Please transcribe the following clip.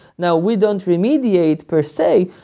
now, we don't remediate per se,